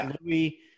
Louis